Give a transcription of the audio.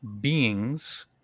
beings